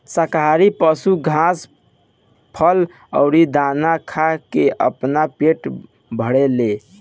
शाकाहारी पशु घास, फल अउरी दाना खा के आपन पेट भरेले